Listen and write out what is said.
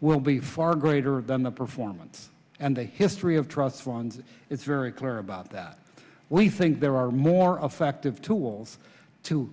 will be far greater than the performance and the history of trust funds it's very clear about that we think there are more effective tools to